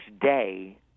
day